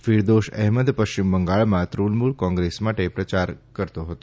ફિરદોસ અહેમદ પશ્ચિમ બંગાળમાં તૃણમુલ કોંગ્રેસ માટે ચુંટણી પ્રચાર કરતો હતો